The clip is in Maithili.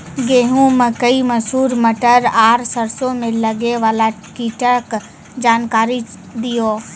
गेहूँ, मकई, मसूर, मटर आर सरसों मे लागै वाला कीटक जानकरी दियो?